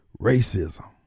Racism